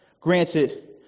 granted